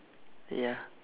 ya